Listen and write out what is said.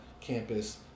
campus